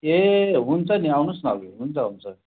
ए हुन्छ नि आउनुहोस् न हजुर हुन्छ हुन्छ